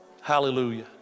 Hallelujah